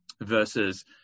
versus